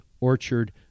orchard